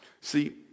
See